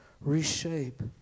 reshape